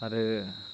आरो